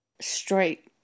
straight